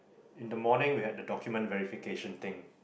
in the morning we had the document verification thing